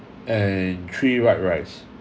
and three white rice